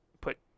put